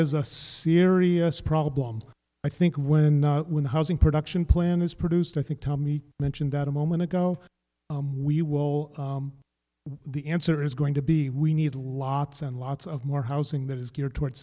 is a serious problem i think when when the housing production plan is produced i think tom mentioned that a moment ago we will the answer is going to be we need lots and lots of more housing that is geared toward